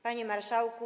Panie Marszałku!